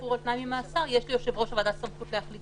שחרור על תנאי ממאסר יש ליושב-ראש הוועדה סמכות להחליט